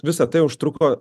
visa tai užtruko